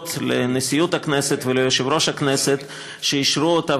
לנשיאות הכנסת וליושב-ראש הכנסת שאישרו אותה,